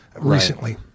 recently